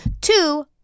two